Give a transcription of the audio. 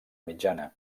mitjana